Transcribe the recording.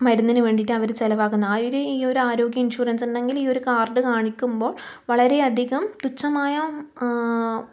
മരുന്നിന് വേണ്ടിയിട്ട് അവര് ചിലവാക്കുന്നത് ആ ഒരു ഈ ഒരു ആരോഗ്യ ഇൻഷുറൻസ് ഉണ്ടെങ്കില് ഈ ഒരു കാർഡ് കാണിക്കുമ്പോൾ വളരെയധികം തുച്ഛമായ